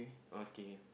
okay